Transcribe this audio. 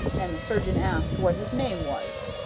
and the surgeon asked what his name was.